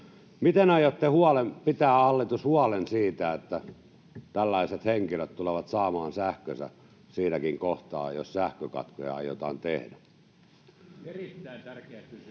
Miten aiotte pitää, hallitus, huolen siitä, että tällaiset henkilöt tulevat saamaan sähkönsä siinäkin kohtaa, jos sähkökatkoja aiotaan tehdä? [Speech 24] Speaker: